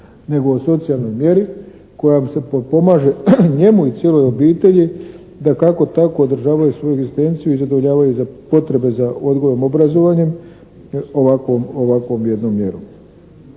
nego o socijalnoj mjeri kojom se potpomaže njemu i cijeloj obitelji da kako tako održavaju svoju egzistenciju i zadovoljavaju potrebe za odgojem i obrazovanjem ovakvom jednom mjerom.